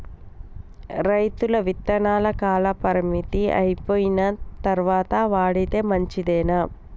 రైతులు విత్తనాల కాలపరిమితి అయిపోయిన తరువాత వాడితే మంచిదేనా?